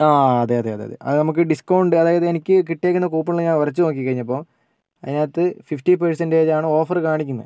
ആ അതെ അതെ അതെ അത് നമുക്ക് ഡിസ്കൗണ്ട് അതായത് എനിക്ക് കിട്ടിയിരിക്കുന്ന കൂപ്പണിൽ ഞാൻ ഉരച്ചു നോക്കിക്കഴിഞ്ഞപ്പോൾ അതിനകത്ത് ഫിഫ്റ്റി പെർസന്റേജ് ആണ് ഓഫർ കാണിക്കുന്നത്